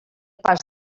pas